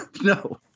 no